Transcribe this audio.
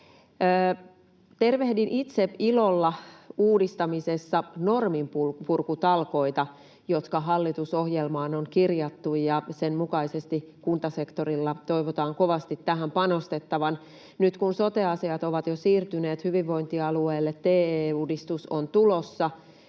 Tervehdin itse ilolla uudistamisessa norminpurkutalkoita, jotka hallitusohjelmaan on kirjattu, ja sen mukaisesti kuntasektorilla toivotaan kovasti tähän panostettavan. Nyt kun sote-asiat ovat jo siirtyneet hyvinvointialueille, TE-uudistus on tulossa,